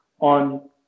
on